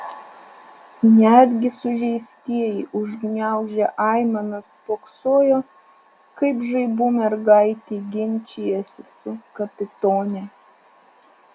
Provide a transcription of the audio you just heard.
netgi sužeistieji užgniaužę aimanas spoksojo kaip žaibų mergaitė ginčijasi su kapitone